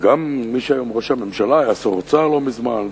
וגם מי שהיום ראש הממשלה היה שר אוצר לא מזמן,